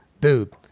dude